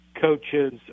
coaches